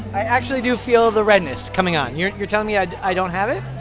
i actually do feel the redness coming on. you're you're telling me ah and i don't have it?